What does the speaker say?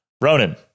Ronan